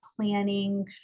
planning